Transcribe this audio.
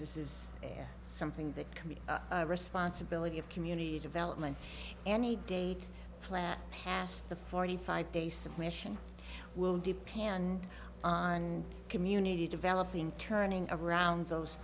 this is something that can be a responsibility of community development any day plan past the forty five day submission will depend on community developing turning around those